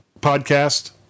podcast